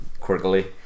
quirkily